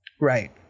Right